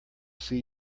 see